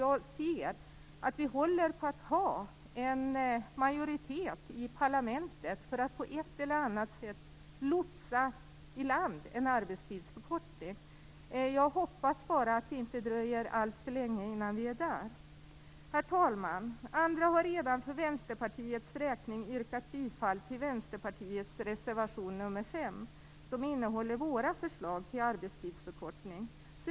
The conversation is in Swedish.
Jag vet att vi håller på att få en majoritet i parlamentet för att på ett eller annat sätt lotsa i land en arbetstidsförkortning. Jag hoppas bara att det inte dröjer alltför länge innan vi är där. Herr talman! Andra har redan för Vänsterpartiets räkning yrkat bifall till reservation nr 5, som innehåller våra förslag till arbetstidsförkortning.